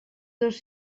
dos